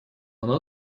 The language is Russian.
она